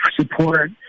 support